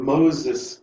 Moses